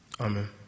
Amen